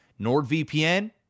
NordVPN